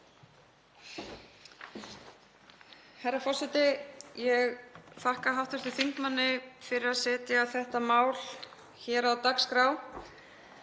Herra forseti. Ég þakka hv. þingmanni fyrir að setja þetta mál hér á dagskrá.